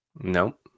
Nope